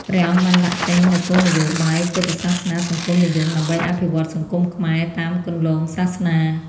ព្រះអង្គបានដាក់ចេញនូវគោលនយោបាយ "ពុទ្ធសាសនាសង្គមនិយម" ដើម្បីអភិវឌ្ឍសង្គមខ្មែរតាមគន្លងសាសនា។